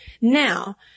Now